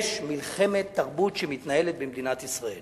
במדינת ישראל